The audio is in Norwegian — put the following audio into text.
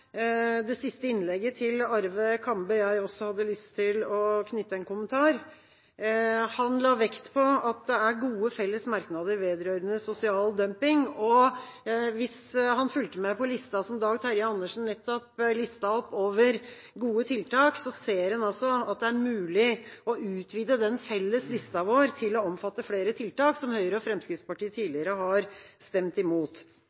det siste innlegget til Arve Kambe. Han la vekt på at det er gode felles merknader vedrørende sosial dumping. Hvis han fulgte med på det som Dag Terje Andersen nettopp lista opp over gode tiltak, ser en altså at det er mulig å utvide den felles lista vår til å omfatte flere tiltak som Høyre og Fremskrittspartiet tidligere har stemt imot.